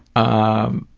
um,